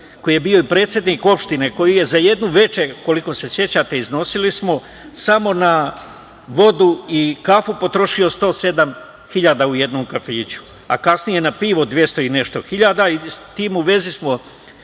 koji je bio i predsednik opštine i koji je za jedno veče, koliko se sećate, iznosili smo, samo na vodu i kafu potrošio 107 hiljada u jednom kafiću, a kasnije 200 i nešto